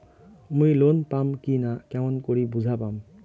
মুই লোন পাম কি না কেমন করি বুঝা পাম?